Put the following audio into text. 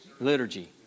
Liturgy